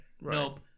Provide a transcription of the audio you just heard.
Nope